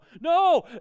No